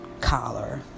collar